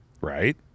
Right